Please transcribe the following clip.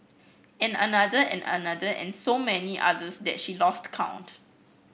and another and another and so many others that she lost count